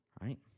right